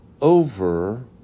over